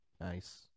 Nice